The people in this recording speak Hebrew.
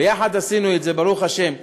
ביחד עשינו את זה, ברוך השם.